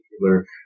particular